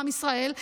עם ישראל,